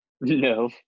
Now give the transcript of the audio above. No